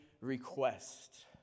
request